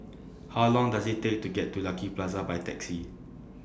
How Long Does IT Take to get to Lucky Plaza By Taxi